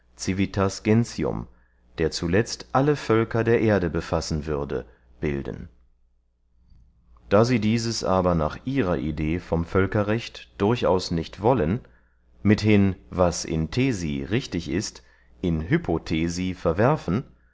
der zuletzt alle völker der erde befassen würde bilden da sie dieses aber nach ihrer idee vom völkerrecht durchaus nicht wollen mithin was in thesi richtig ist in hypothesi verwerfen